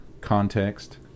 context